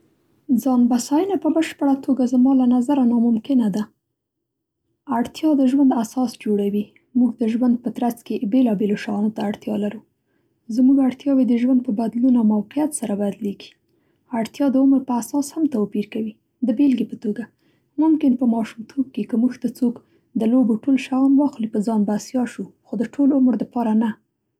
ځان بساینه په بشپړه توګه زما له نظره ناممکنه ده. اړتیا د ژوند اساس جوړوي. موږ د ژوند په ترڅ کې بېلابېلو شیانو ته اړتیا لرو. زموږ اړتیاوې د ژوند په بدلون او موقعیت سره بدلېږي. اړتیا د عمر په اساس هم توپیر کوي. د بېلګې په توګه ممکن په ماشومتوب کې که موږ ته څوک د لوبو ټول شیان واخلي په ځان بسیا شو خو د ټول عمر لپاره نه.